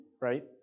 right